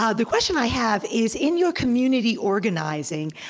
ah the question i have is, in your community organizing,